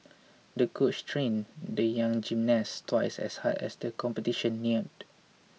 the coach trained the young gymnast twice as hard as the competition neared